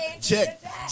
check